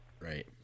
Right